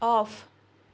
off